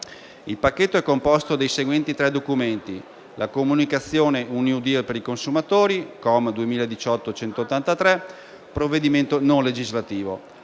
Il pacchetto è composto dei seguenti tre documenti: la comunicazione Un "*New Deal*" per i consumatori (COM(2018) 183), provvedimento non legislativo;